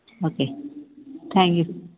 okay thank you